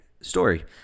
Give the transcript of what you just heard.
story